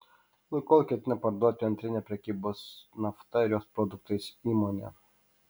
lukoil ketina parduoti antrinę prekybos nafta ir jos produktais įmonę